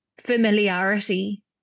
familiarity